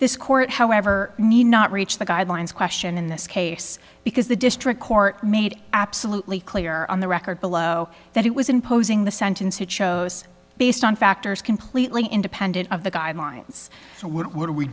this court however need not reach the guidelines question in this case because the district court made absolutely clear on the record below that it was imposing the sentence he chose based on factors completely independent of the guidelines so would we